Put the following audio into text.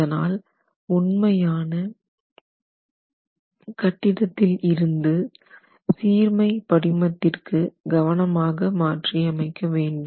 அதனால் உண்மையான கட்டிடத்தில் இருந்து சீர்மை படிமத்திற்கு கவனமாக மாற்றியமைக்க வேண்டும்